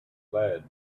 lead